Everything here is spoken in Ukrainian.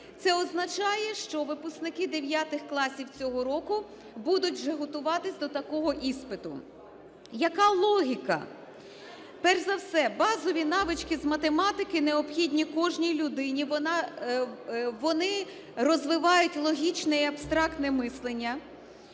Це означає, що випускники дев'ятих класів цього року будуть вже готуватися до такого іспиту. Яка логіка? Перш за все, базові навички з математики необхідні кожній людині, вони розвивають логічне і абстрактне мислення.